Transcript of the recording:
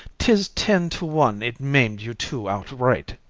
tis ten to one it maim'd you two outright.